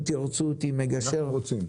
אם תרצו אותי כמגשר -- אנחנו רוצים.